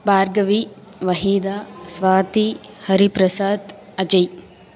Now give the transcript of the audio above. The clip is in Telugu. భార్గవి వహీదా స్వాతి హరిప్రసాద్ అజయ్